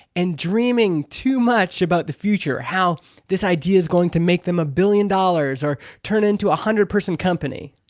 and dreaming too much about the future. how this idea is going to make them a billion dollars, or turn into a hundred person company.